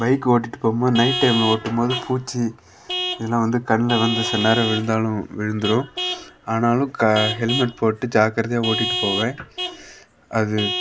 bike ஓட்டிட்டுப் போகும் போது நைட் டைமில் ஓட்டும் போது பூச்சி இதெல்லாம் வந்து கண்ணில் வந்து சில நேரம் விழுந்தாலும் விழுந்துடும் ஆனாலும் க ஹெல்மெட் போட்டு ஜாக்கிரதையா ஓட்டிட்டுப் போவேன் அது